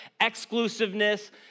exclusiveness